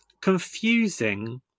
confusing